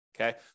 Okay